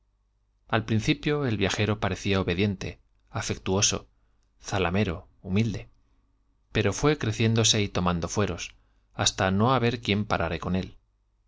al principio humilde pero fué cía obediente afectuoso zalamero creciéndose y tomando fueros hasta no haber quien con él